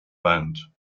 band